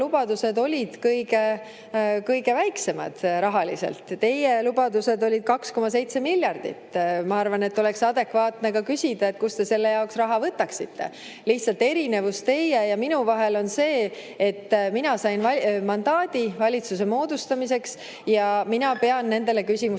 kõige väiksemad. Teie lubadused olid 2,7 miljardit. Ma arvan, et oleks adekvaatne ka küsida, et kust te selle jaoks raha võtaksite. Lihtsalt erinevus teie ja minu vahel on see, et mina sain mandaadi valitsuse moodustamiseks ja mina pean nendele küsimustele